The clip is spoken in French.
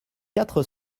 quatre